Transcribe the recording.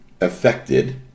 affected